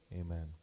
Amen